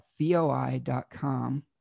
theoi.com